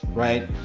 right,